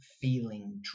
feeling